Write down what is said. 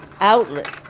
outlet